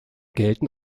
gelten